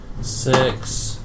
six